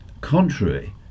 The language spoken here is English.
contrary